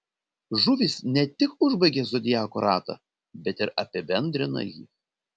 žuvys ne tik užbaigia zodiako ratą bet ir apibendrina jį